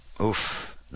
Oof